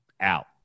Out